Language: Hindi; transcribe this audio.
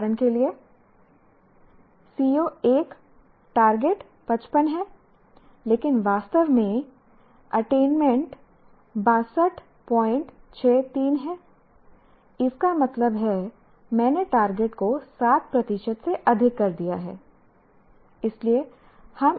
उदाहरण के लिए CO1 टारगेट 55 है लेकिन वास्तव में अटेनमेंट 6263 है इसका मतलब है मैंने टारगेट को 7 प्रतिशत से अधिक कर दिया है